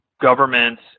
governments